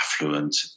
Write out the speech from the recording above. affluent